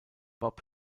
bob